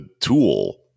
tool